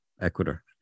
Ecuador